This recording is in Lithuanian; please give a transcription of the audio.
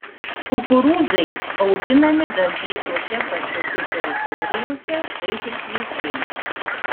kukurūzai auginami dažnai tose pačiose teritorijose kaip ir kviečiai